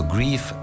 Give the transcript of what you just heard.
Grief